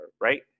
right